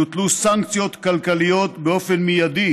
יוטלו סנקציות כלכליות באופן מיידי